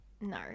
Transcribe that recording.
No